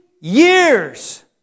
years